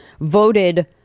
voted